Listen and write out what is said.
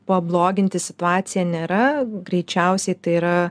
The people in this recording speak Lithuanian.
pabloginti situaciją nėra greičiausiai tai yra